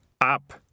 up